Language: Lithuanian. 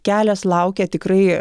kelias laukia tikrai